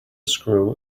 screw